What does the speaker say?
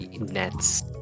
nets